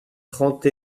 trente